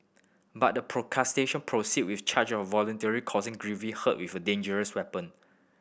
but the prosecution proceeded with charge of voluntarily causing grievous hurt with a dangerous weapon